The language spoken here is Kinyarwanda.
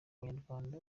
banyarwanda